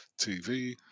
TV